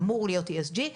שאמור להיות ESG,